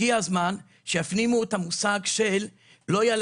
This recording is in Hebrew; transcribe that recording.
הגיע הזמן שיפנימו את הרעיון שלא יעלה